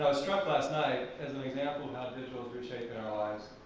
struck last night as an example of how digital is reshaping our lives,